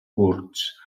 curts